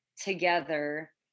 together